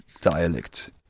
dialect